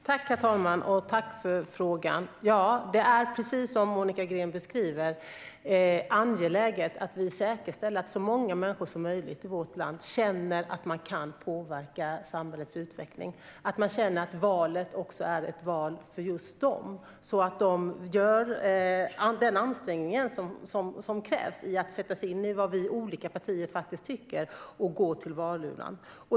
Herr talman! Tack för frågan! Det är precis som Monica Green beskriver angeläget att vi säkerställer att så många människor som möjligt i vårt land känner att de kan påverka samhällets utveckling och att valet också är ett val för just dem. Det gäller att de gör den ansträngning som krävs för att sätta sig in i vad vi i olika partier faktiskt tycker och går till valurnan.